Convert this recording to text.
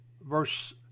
verse